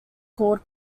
called